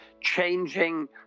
changing